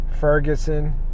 Ferguson